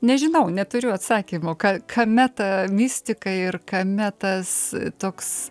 nežinau neturiu atsakymo ka kame ta mistika ir kame tas toks